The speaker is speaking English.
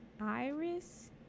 iris